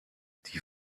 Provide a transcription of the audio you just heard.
die